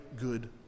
good